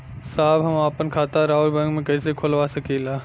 साहब हम आपन खाता राउर बैंक में कैसे खोलवा सकीला?